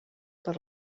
per